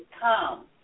come